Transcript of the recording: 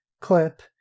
clip